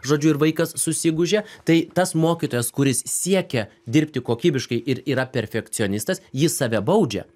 žodžių ir vaikas susigūžia tai tas mokytojas kuris siekia dirbti kokybiškai ir yra perfekcionistas jis save baudžia